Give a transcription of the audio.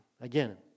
again